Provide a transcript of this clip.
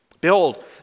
Behold